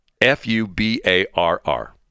F-U-B-A-R-R